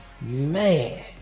Man